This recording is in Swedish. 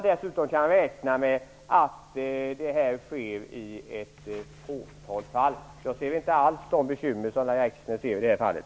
Dessutom kan man räkna med att detta sker i ett fåtal fall. Jag ser inte alls de bekymmer som Lahja Exner ser i det fallet.